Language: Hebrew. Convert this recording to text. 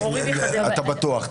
אתה בטוח?